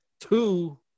two